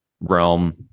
realm